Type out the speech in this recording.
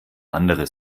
andere